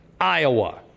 Iowa